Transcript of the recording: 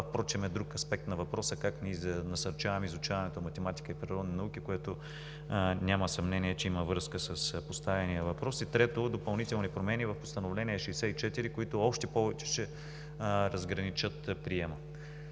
впрочем е друг аспект на въпроса как ние насърчаваме изучаването на математика и природни науки, което, няма съмнение, че има връзка с поставения въпрос. Трето, допълнителните промени в Постановление № 64 още повече ще диференцират приема